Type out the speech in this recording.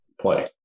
play